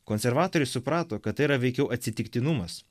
konservatoriai suprato kad tai yra veikiau atsitiktinumas